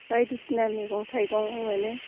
बायदिसिना मैगं थाइगं मोनो